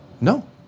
No